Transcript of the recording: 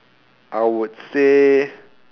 I would say